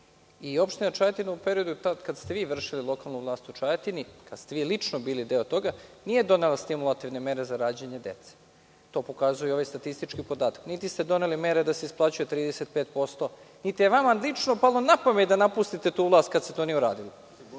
broj. Opština Čajetina, u periodu tad kad ste vi vršili lokalnu vlast u Čajetini, kad ste vi lično bili deo toga, nije donela stimulativne mere za rađanje dece. To pokazuje ovaj statistički podatak. Niti ste doneli mere da se isplaćuje 35%, niti je vama lično palo na pamet da napustite tu vlast kad se to nije uradilo.